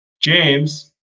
James